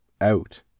out